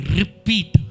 repeat